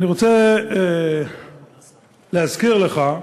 אני רוצה להזכיר לך,